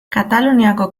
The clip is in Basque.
kataluniako